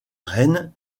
reine